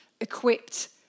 equipped